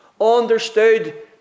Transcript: understood